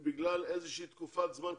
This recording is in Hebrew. רק בגלל תקופת זמן קצרה,